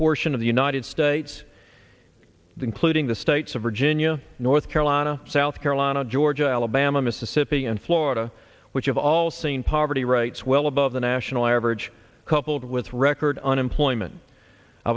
portion of the united states including the states of or ginia north carolina south carolina georgia alabama mississippi and florida which have all seen poverty rates well above the national average coupled with record unemployment i